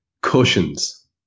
Cushions